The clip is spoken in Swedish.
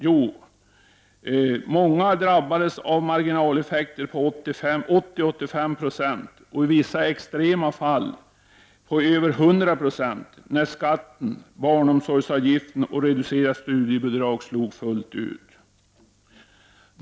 Jo, många drabbades av marginaleffekter på 80-85 26, och i vissa extrema fall på över 100 76, när skatt, barnomsorgsavgifter och reducerat studiebidrag slog fullt ut.